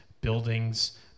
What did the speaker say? buildings